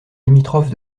limitrophe